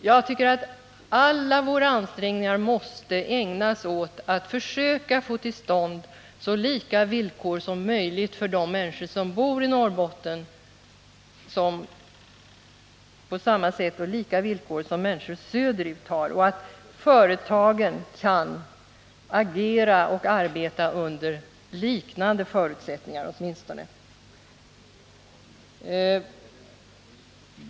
Jag tycker att alla ansträngningar måste ägnas åt att försöka få till stånd så lika villkor som möjligt för de människor som bor i Norrbotten och för de människor som bor längre söderut och sådana villkor att företagen åtminstone kan agera och arbeta under liknande förutsättningar.